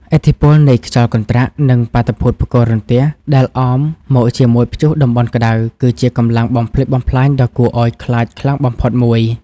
ឥទ្ធិពលនៃខ្យល់កន្ត្រាក់ និងបាតុភូតផ្គររន្ទះ ដែលអមមកជាមួយព្យុះតំបន់ក្ដៅ គឺជាកម្លាំងបំផ្លិចបំផ្លាញដ៏គួរឱ្យខ្លាចខ្លាំងបំផុតមួយ។